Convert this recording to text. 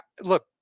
look